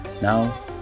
Now